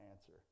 answer